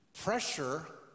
pressure